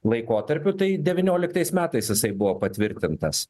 laikotarpiu tai devynioliktais metais jisai buvo patvirtintas